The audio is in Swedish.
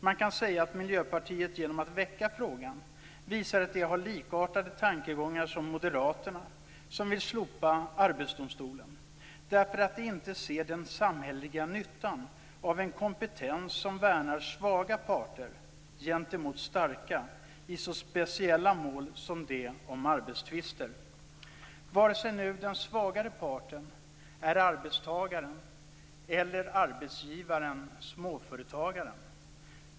Man kan säga att Miljöpartiet genom att väcka frågan visar att de har likartade tankegångar som Moderaterna, som vill slopa Arbetsdomstolen därför att de inte ser den samhälleliga nyttan av en kompetens som värnar svaga parter gentemot starka i så speciella mål som de om arbetstvister - vare sig nu den svagare parten är arbetstagaren eller arbetsgivaren/småföretagaren.